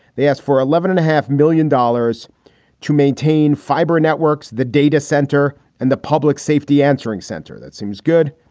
they asked for eleven and a half million dollars to maintain fiber networks, the data center and the public safety answering center. that seems good.